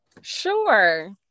sure